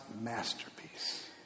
masterpiece